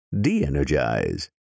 de-energize